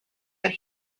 that